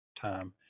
time